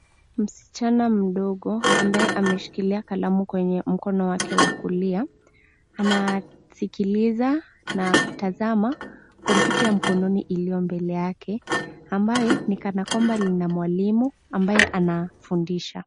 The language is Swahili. Msichana mdogo ambaye ameshikilia kalamu kwenye mkono wake wa kulia anasikiliza na kutazama kompyuta ya mkononi iliyo mbele yake ambayo ni kana kwamba lina mwalimu ambaye anafundisha.